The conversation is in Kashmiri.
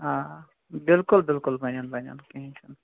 آ آ بِلکُل بِلکُل بَنَن بَنَن کِہنۍ چُھنہٕ